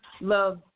love